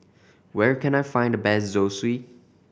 where can I find the best Zosui